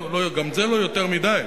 גם זה לא יותר מדי.